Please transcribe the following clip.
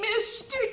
Mr